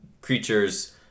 creatures